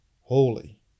holy